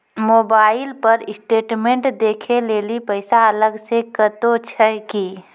Mobile पर statement देखे लेली पैसा अलग से कतो छै की?